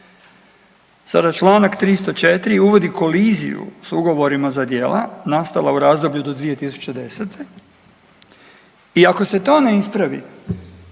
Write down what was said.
Sada članak 304. uvodi koliziju s ugovorima za djela nastala u razdoblju do 2010. i ako se to ne ispravi